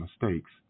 mistakes